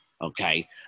okay